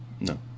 No